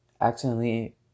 accidentally